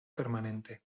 permanente